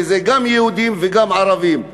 שזה גם יהודים וגם ערבים.